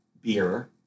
beer